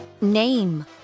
Name